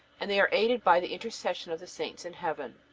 and they are aided by the intercession of the saints in heaven,